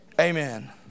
Amen